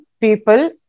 people